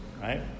right